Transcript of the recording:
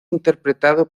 interpretado